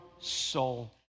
soul